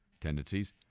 tendencies